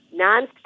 nonstop